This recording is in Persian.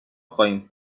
خواهیم